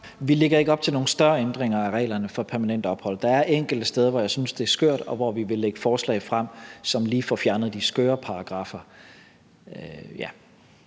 Vi lægger ikke op til nogen større ændringer af reglerne for permanent opholdstilladelse. Der er enkelte steder, hvor jeg synes, det er skørt, og hvor vi vil lægge forslag frem, som lige får fjernet de skøre paragraffer.